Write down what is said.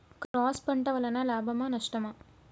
Cross పంట వలన లాభమా నష్టమా?